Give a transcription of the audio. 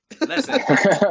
Listen